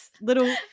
little